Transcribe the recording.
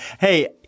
Hey